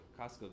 Costco